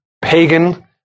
pagan